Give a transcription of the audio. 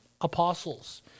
apostles